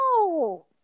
No